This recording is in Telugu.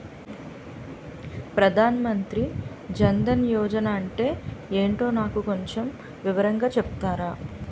ప్రధాన్ మంత్రి జన్ దన్ యోజన అంటే ఏంటో నాకు కొంచెం వివరంగా చెపుతారా?